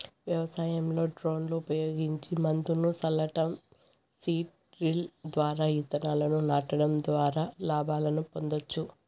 వ్యవసాయంలో డ్రోన్లు ఉపయోగించి మందును సల్లటం, సీడ్ డ్రిల్ ద్వారా ఇత్తనాలను నాటడం ద్వారా లాభాలను పొందొచ్చు